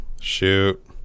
Shoot